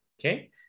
Okay